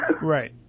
Right